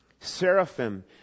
Seraphim